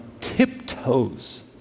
tiptoes